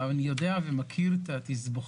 אני יודע ומכיר את התסבוכות,